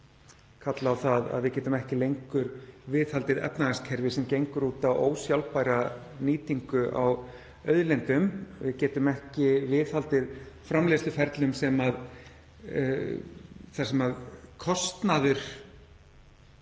kalla á það að við getum ekki lengur viðhaldið efnahagskerfi sem gengur út á ósjálfbæra nýtingu á auðlindum. Við getum ekki viðhaldið framleiðsluferlum þar sem kostnaður